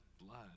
blood